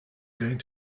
going